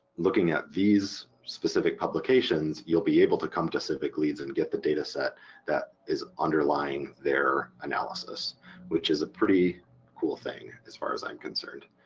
looking at these specific publications you'll be able to come to civicleads and get the dataset that is underlying their analysis which is a pretty cool thing as far as i'm concerned.